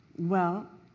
well,